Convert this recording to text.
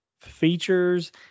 features